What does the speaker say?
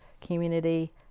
community